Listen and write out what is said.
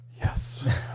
Yes